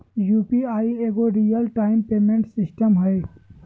UPI एगो real time payment system हइ